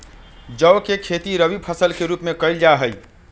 जौ के खेती रवि फसल के रूप में कइल जा हई